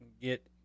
get